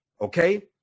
Okay